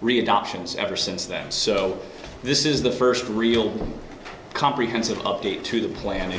re adoptions ever since then so this is the first real comprehensive update to the plan